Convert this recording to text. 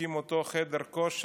הקים את אותו חדר הכושר.